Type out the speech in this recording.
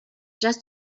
just